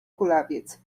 kulawiec